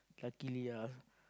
luckily ah